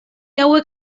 hauek